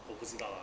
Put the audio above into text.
我不知道 lah